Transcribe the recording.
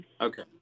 Okay